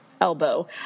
elbow